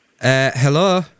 Hello